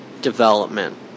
development